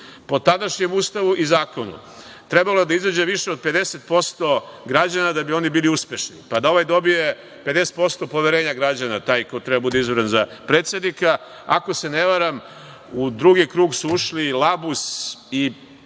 po tadašnjem Ustavu i zakonu trebalo je da izađe više od 50% građana da bi oni bili uspešni pa da ovaj dobije 50% poverenja građana, taj koji treba da bude izabran za predsednika. Ako se ne varam, u drugi krug su ušli Labus i da li